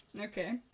okay